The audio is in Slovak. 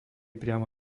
priamo